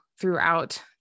throughout